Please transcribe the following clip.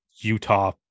Utah